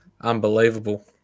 Unbelievable